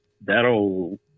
that'll